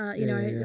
you know,